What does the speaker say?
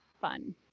fun